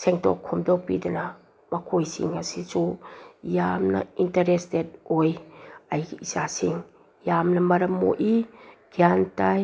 ꯁꯦꯡꯗꯣꯛ ꯈꯣꯝꯗꯣꯛꯄꯤꯗꯅ ꯃꯈꯣꯏꯁꯤꯡ ꯑꯁꯤꯁꯨ ꯌꯥꯝꯅ ꯏꯟꯇꯔꯦꯁꯇꯦꯠ ꯑꯣꯏ ꯑꯩꯒꯤ ꯏꯆꯥꯁꯤꯡ ꯌꯥꯝꯅ ꯃꯔꯝ ꯃꯣꯛꯏ ꯒ꯭ꯌꯥꯟ ꯇꯥꯏ